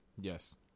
Yes